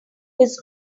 his